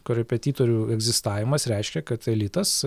korepetitorių egzistavimas reiškia kad elitas